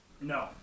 No